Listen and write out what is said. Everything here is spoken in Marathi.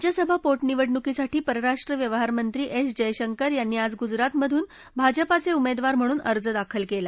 राज्य सभा पोटनिवडणुकीसाठी परराष्ट्र व्यवहार मंत्री एस जयशंकर यांनी आज गुजरातमधून भाजपाचे उमेदवार म्हणून अर्ज दाखल केला